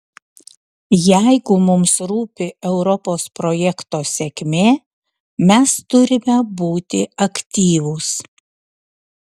jeigu mums rūpi europos projekto sėkmė mes turime būti aktyvūs